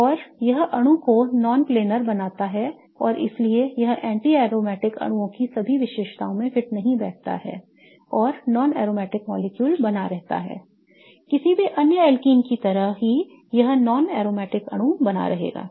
और यह अणु को non planar बनाता है और इसलिए यह anti aromatic अणुओं की सभी विशेषताओं में भी फिट नहीं बैठता है और non aromatic molecule बना रहता है किसी भी अन्य alkene की तरह ही यह non aromatic अणु बना रहेगा